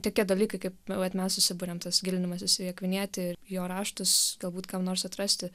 tokie dalykai kaip vat mes susibūriam tas gilinimasis į akvinietį ir jo raštus galbūt kam nors atrasti